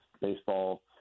baseball